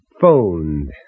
phone